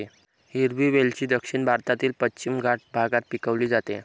हिरवी वेलची दक्षिण भारतातील पश्चिम घाट भागात पिकवली जाते